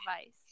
advice